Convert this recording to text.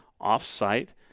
off-site